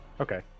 okay